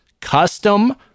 custom